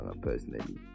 personally